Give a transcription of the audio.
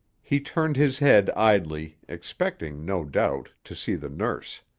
he turned his head idly, expecting, no doubt, to see the nurse.